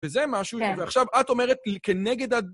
וזה משהו שעכשיו את אומרת כנגד...